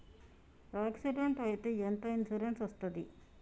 Accident అయితే ఎంత insurance వస్తది?